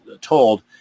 told